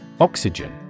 Oxygen